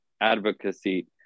advocacy